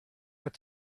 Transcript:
had